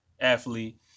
athlete